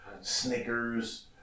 Snickers